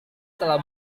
telah